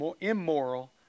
immoral